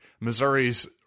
Missouri's